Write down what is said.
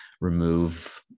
remove